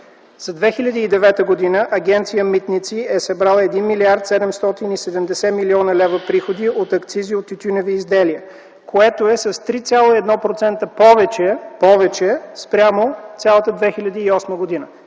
За 2009 г. Агенция „Митници” е събрала 1 млрд. 770 млн. лв. приходи от акцизи от тютюневи изделия, което е с 3,1% повече спрямо цялата 2008 г.